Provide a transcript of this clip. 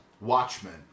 Watchmen